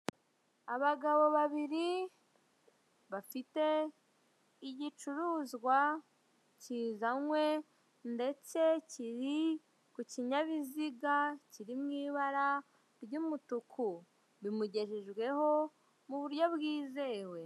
Abagabo babiri bafite igicuruzwa kizanywe ndetse kiri ku kinyabiziga kiri mu ibara ry'umutuku bimugejejweho mu buryo bwizewe